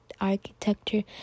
architecture